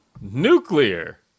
Nuclear